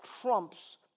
trumps